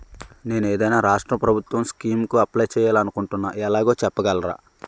నేను ఏదైనా రాష్ట్రం ప్రభుత్వం స్కీం కు అప్లై చేయాలి అనుకుంటున్నా ఎలాగో చెప్పగలరా?